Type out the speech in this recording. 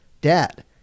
dad